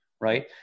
right